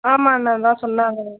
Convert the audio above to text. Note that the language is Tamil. ஆமாண்ணா அதுதான் சொன்னாங்க